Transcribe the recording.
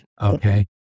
Okay